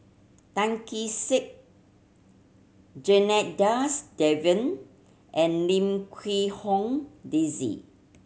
Tan Kee Sek Janadas Devan and Lim Quee Hong Daisy